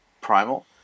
primal